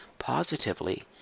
positively